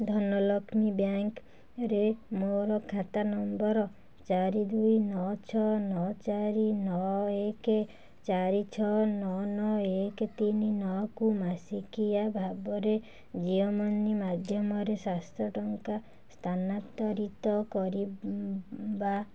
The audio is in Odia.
ଧନଲକ୍ଷ୍ମୀ ବ୍ୟାଙ୍କ୍ ରେ ମୋର ଖାତା ନମ୍ବର ଚାରି ଦୁଇ ନଅ ଛଅ ନଅ ଚାରି ନଅ ଏକ ଚାରି ଛଅ ନଅ ନଅ ଏକ ତିନି ନଅ କୁ ମାସିକିଆ ଭାବରେ ଜିଓ ମନି ମାଧ୍ୟମରେ ସାତ ଶହ ଟଙ୍କା ସ୍ଥାନାନ୍ତରିତ କରିବା